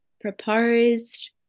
proposed